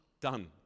done